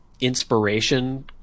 inspiration